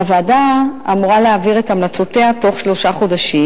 הוועדה אמורה להעביר את המלצותיה בתוך שלושה חודשים,